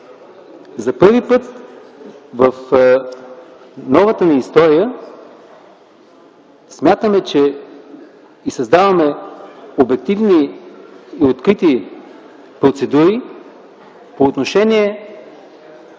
За първи път в новата ни история създаваме обективни и открити процедури по отношение